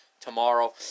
tomorrow